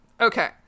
Okay